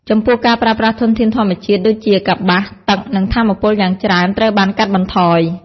ចំពោះការប្រើប្រាស់ធនធានធម្មជាតិដូចជាកប្បាស ទឹក និងថាមពលយ៉ាងច្រើនត្រូវបានកាត់បន្ថយ។